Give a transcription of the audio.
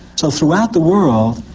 so throughout the world,